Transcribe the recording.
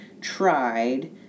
tried